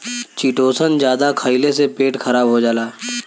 chitosan जादा खइले से पेट खराब हो जाला